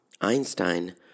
Einstein